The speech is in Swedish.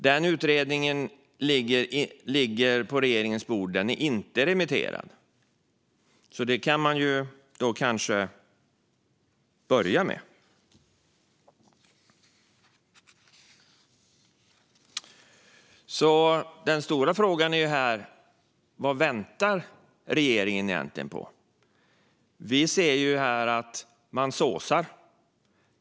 Den utredningen ligger på regeringens bord och är inte remitterad. Det kan man kanske börja med. Den stora frågan är alltså: Vad väntar regeringen egentligen på? Vi ser att man såsar.